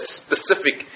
specific